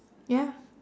ya